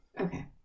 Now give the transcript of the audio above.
Okay